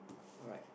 alright